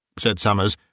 said somers,